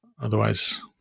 Otherwise